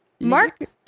Mark